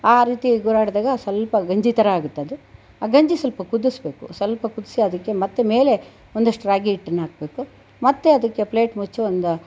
ಆ ರೀತಿ ಗೂರಾಡಿದಾಗ ಸ್ವಲ್ಪ ಗಂಜಿ ಥರ ಆಗುತ್ತೆ ಅದು ಆ ಗಂಜಿ ಸ್ವಲ್ಪ ಕುದಿಸ ಬೇಕು ಸ್ವಲ್ಪ ಕುದಿಸಿ ಅದಕ್ಕೆ ಮತ್ತೆ ಮೇಲೆ ಒಂದಿಷ್ಟು ರಾಗಿ ಹಿಟ್ಟನ್ನು ಹಾಕಬೇಕು ಮತ್ತೆ ಅದಕ್ಕೆ ಪ್ಲೇಟ್ ಮುಚ್ಚಿ